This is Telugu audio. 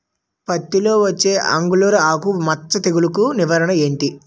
పత్తి లో వచ్చే ఆంగులర్ ఆకు మచ్చ తెగులు కు నివారణ ఎంటి?